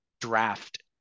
draft